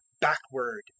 backward